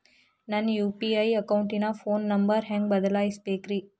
ನನ್ನ ಯು.ಪಿ.ಐ ಅಕೌಂಟಿನ phone number ಹೆಂಗ್ ಬದಲಾಯಿಸ ಬೇಕ್ರಿ?